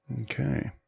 Okay